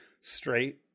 straight